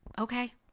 okay